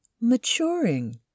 maturing